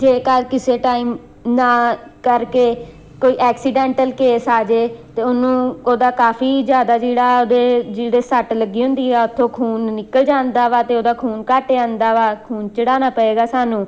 ਜੇਕਰ ਕਿਸੇ ਟਾਈਮ ਨਾ ਕਰਕੇ ਕੋਈ ਐਕਸੀਡੈਂਟਲ ਕੇਸ ਆ ਜੇ ਅਤੇ ਉਹਨੂੰ ਉਹਦਾ ਕਾਫੀ ਜ਼ਿਆਦਾ ਜਿਹੜਾ ਉਹਦੇ ਜਿਹੜੀ ਸੱਟ ਲੱਗੀ ਹੁੰਦੀ ਆ ਉੱਥੋਂ ਖੂਨ ਨਿਕਲ ਜਾਂਦਾ ਵਾ ਅਤੇ ਉਹਦਾ ਖੂਨ ਘੱਟ ਜਾਂਦਾ ਵਾ ਖੂਨ ਚੜਾਉਣਾ ਪਏਗਾ ਸਾਨੂੰ